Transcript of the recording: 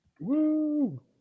Woo